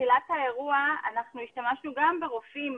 בתחילת האירוע אנחנו השתמשנו גם ברופאים,